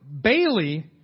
Bailey